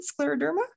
scleroderma